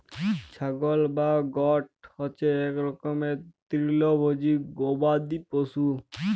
ছাগল বা গট হছে ইক রকমের তিরলভোজী গবাদি পশু